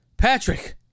Patrick